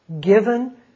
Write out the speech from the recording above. given